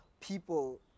People